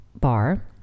bar